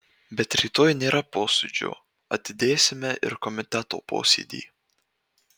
bet rytoj nėra posėdžio atidėsime ir komiteto posėdį